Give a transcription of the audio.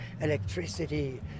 electricity